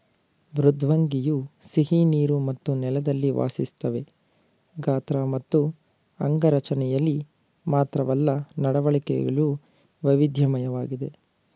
ಮೃದ್ವಂಗಿಯು ಸಿಹಿನೀರು ಮತ್ತು ನೆಲದಲ್ಲಿ ವಾಸಿಸ್ತವೆ ಗಾತ್ರ ಮತ್ತು ಅಂಗರಚನೆಲಿ ಮಾತ್ರವಲ್ಲ ನಡವಳಿಕೆಲು ವೈವಿಧ್ಯಮಯವಾಗಿವೆ